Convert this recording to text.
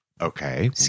Okay